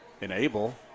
enable